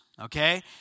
okay